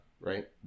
right